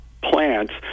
plants